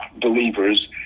believers